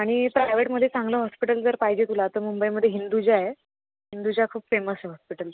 आणि प्रायवेटमध्ये चांगलं हॉस्पिटल जर पाहिजे तुला तर मुंबईमध्ये हिंदुजा आहे हिंदुजा खूप फेमस आहे हॉस्पिटल